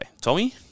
tommy